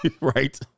right